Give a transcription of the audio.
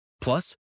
Plus